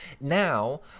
now